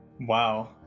Wow